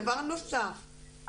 דבר נוסף,